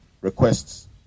requests